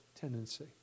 tendency